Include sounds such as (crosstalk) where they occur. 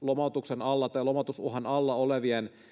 (unintelligible) lomautuksen alla tai lomautusuhan alla olevien